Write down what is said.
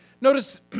Notice